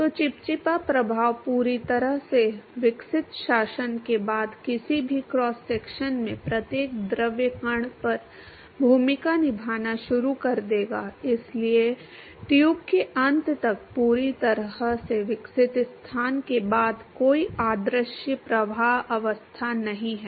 तो चिपचिपा प्रभाव पूरी तरह से विकसित शासन के बाद किसी भी क्रॉस सेक्शन में प्रत्येक द्रव कण पर भूमिका निभाना शुरू कर देगा इसलिए ट्यूब के अंत तक पूरी तरह से विकसित स्थान के बाद कोई अदृश्य प्रवाह व्यवस्था नहीं है